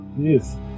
yes